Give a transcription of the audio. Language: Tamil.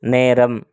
நேரம்